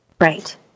Right